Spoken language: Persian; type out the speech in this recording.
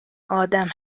آدمه